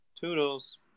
Toodles